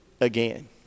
again